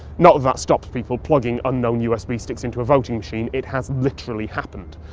not that that stops people plugging unknown usb sticks into a voting machine. it has literally happened.